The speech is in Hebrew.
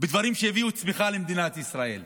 בדברים שיביאו צמיחה למדינת ישראל.